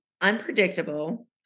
unpredictable